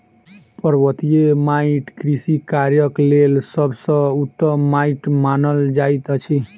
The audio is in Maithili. पर्वतीय माइट कृषि कार्यक लेल सभ सॅ उत्तम माइट मानल जाइत अछि